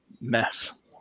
mess